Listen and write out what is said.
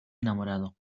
enamorado